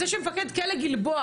זה שמפקד כלא גלבוע,